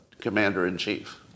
commander-in-chief